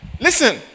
Listen